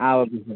ah okay sir